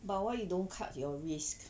but why you don't cut your risk